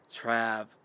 Trav